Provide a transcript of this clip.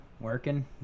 working